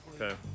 Okay